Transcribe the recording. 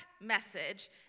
message